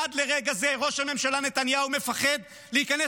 עד לרגע זה ראש הממשלה נתניהו מפחד להיכנס